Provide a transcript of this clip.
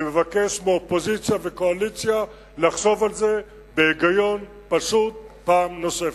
אני מבקש באופוזיציה ובקואליציה לחשוב על זה בהיגיון פשוט פעם נוספת.